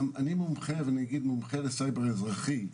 אני מומחה ואני אגיד מומחה לסייבר אזרחי,